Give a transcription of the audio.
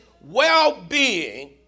well-being